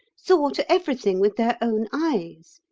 saw to everything with their own eyes.